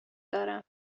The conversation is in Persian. دارم